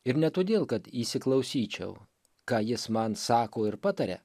ir ne todėl kad įsiklausyčiau ką jis man sako ir pataria